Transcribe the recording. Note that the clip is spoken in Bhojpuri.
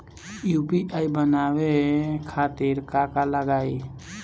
यू.पी.आई बनावे खातिर का का लगाई?